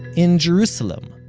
in jerusalem,